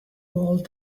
old